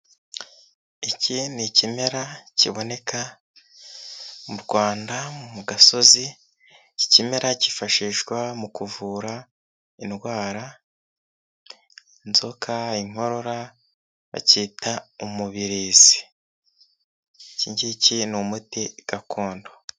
Iki ni ikimera kiboneka mu Rwanda mu gasozi, ikimera cyifashishwa mu kuvura indwara inzoka, inkorora bakita umubirizi. Iki ngiki ni umuti gakondo.